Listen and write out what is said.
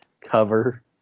cover